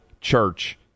church